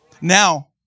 Now